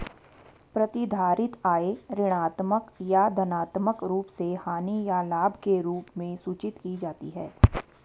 प्रतिधारित आय ऋणात्मक या धनात्मक रूप से हानि या लाभ के रूप में सूचित की जाती है